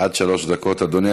עד שלוש דקות, אדוני.